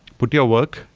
put your work.